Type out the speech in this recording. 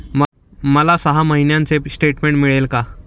मला सहा महिन्यांचे स्टेटमेंट मिळेल का?